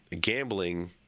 Gambling